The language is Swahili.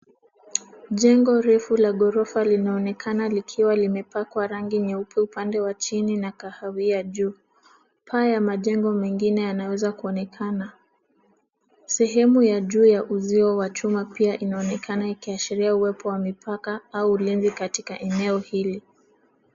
Jengo refu la ghorofa linaonekana likiwa limepakwa rangi nyeupe upande wa chini na kahawia juu. Paa ya majengo mengine yanaweza kuonekana. Sehemu ya juu ya uzio wa chuma pia inaonekana, ikiashiria uwepo wa mipaka au lenzi katika eneo hili.